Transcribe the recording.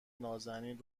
نازنین